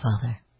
Father